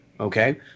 Okay